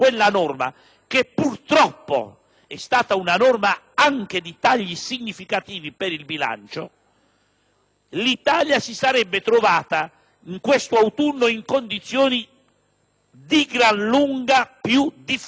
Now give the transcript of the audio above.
l'Italia si sarebbe trovata, in questo autunno, in condizioni di gran lunga più difficili. Noi lo abbiamo evitato con il decreto del luglio scorso.